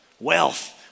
wealth